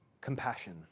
compassion